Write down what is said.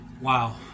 Wow